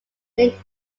named